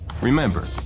Remember